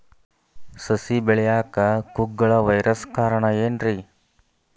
ಸಸಿ ಬೆಳೆಯಾಕ ಕುಗ್ಗಳ ವೈರಸ್ ಕಾರಣ ಏನ್ರಿ?